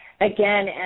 Again